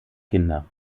kinder